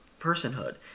personhood